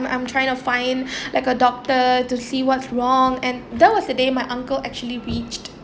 I'm trying to find like a doctor to see what's wrong and that was the day my uncle actually reached